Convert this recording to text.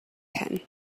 pen